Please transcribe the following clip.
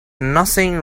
nothing